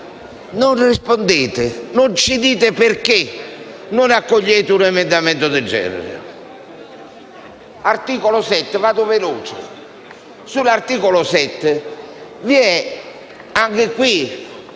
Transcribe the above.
non risponde e non spiega perché non accoglie un emendamento del genere.